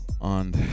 on